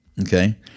okay